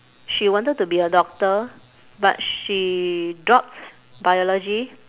she wanted to be a doctor but she dropped biology